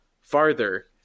farther